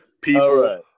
People